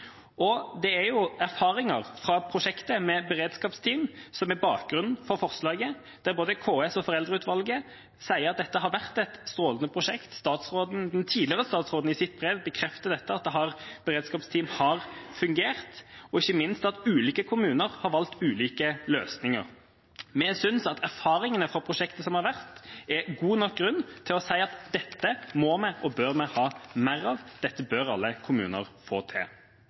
Det er erfaringer fra prosjektet med beredskapsteam som er bakgrunnen for forslaget, og både KS og Foreldreutvalget sier at dette har vært et strålende prosjekt. Den tidligere statsråden bekrefter i sitt brev at beredskapsteam har fungert, og ikke minst at ulike kommuner har valgt ulike løsninger. Vi synes at erfaringene fra prosjektet som har vært, er god nok grunn til å si at dette må vi og bør vi ha mer av. Dette bør alle kommuner få til.